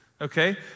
Okay